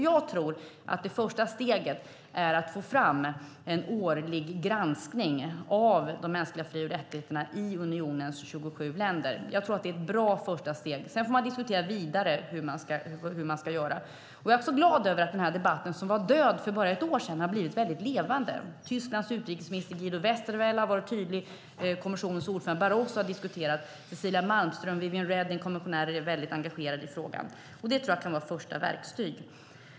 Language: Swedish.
Jag tror att det första steget är att få fram en årlig granskning av läget för de mänskliga fri och rättigheterna i unionens 27 länder. Jag tror att det är ett bra första steg. Sedan får man diskutera vidare hur vi ska göra. Jag är glad över att den här debatten, som var död för bara ett år sedan, åter har blivit levande. Tysklands utrikesminister Guido Westerwelle har varit tydlig, och kommissionens ordförande Barroso har diskuterat frågan. Kommissionärerna Cecilia Malmström och Viviane Reding är väldigt engagerade i frågan. Det kan vara ett första verktyg.